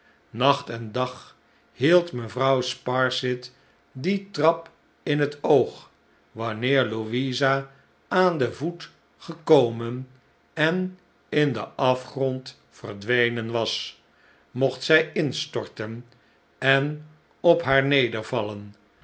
nacht en dag hield mevrouw sparsit die trap in het oog wanneer louisa aan den voet gekomen en in den afgrond verdwenen was mocht zij instorten en op haar